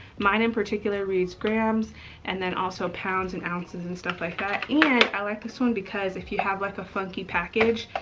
mine in particular reads grams and then also pounds and ounces and stuff like that. and i liked this one because if you have like a funky package,